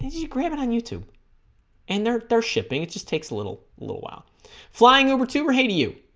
you grabbed it on youtube and they're they're shipping it just takes a little little while flying over to her hey to you